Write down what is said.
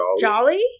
Jolly